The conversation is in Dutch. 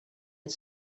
het